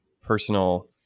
personal